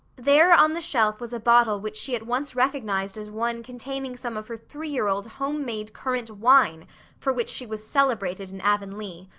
there on the shelf was a bottle which she at once recognized as one containing some of her three-year-old homemade currant wine for which she was celebrated in avonlea,